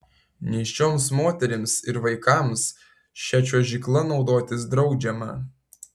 nėščioms moterims ir vaikams šia čiuožykla naudotis draudžiama